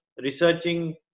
researching